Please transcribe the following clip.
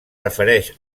refereix